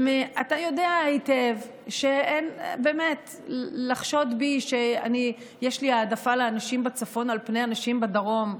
אתה יודע היטב שלחשוד בי שיש לי העדפה לאנשים בצפון על פני אנשים בדרום,